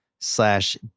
slash